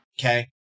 Okay